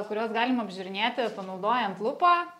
kuriuos galima apžiūrinėti panaudojant lupą